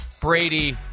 Brady